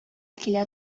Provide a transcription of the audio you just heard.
килә